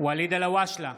ואליד אלהואשלה,